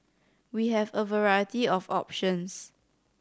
we have a variety of options